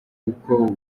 kuko